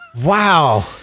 Wow